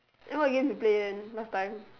then what you want to do in last time